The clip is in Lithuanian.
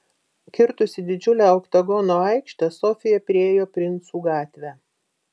kirtusi didžiulę oktagono aikštę sofija priėjo princų gatvę